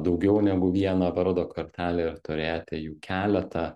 daugiau negu vieną vardo kortelę ir turėti jų keletą